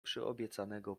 przyobiecanego